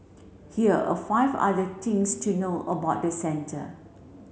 here are five other things to know about the centre